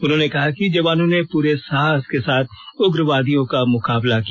उन्होंने कहा कि जवानों ने पूरे साहस के साथ उग्रवादियों का मुकाबला किया